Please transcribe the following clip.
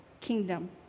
kingdom